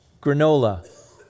Granola